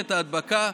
שרשראות ההדבקה,